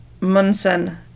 Munson